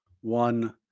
one